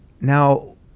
Now